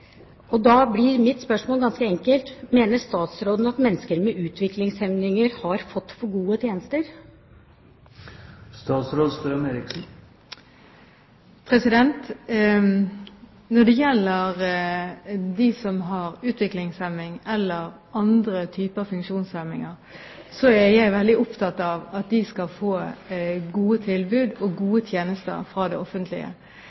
Da blir mitt spørsmål ganske enkelt: Mener statsråden at mennesker med utviklingshemninger har fått for gode tjenester? Når det gjelder dem som har utviklingshemning eller andre typer funksjonshemninger, er jeg veldig opptatt av at de skal få gode tilbud og